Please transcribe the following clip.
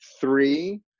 three